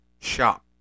shop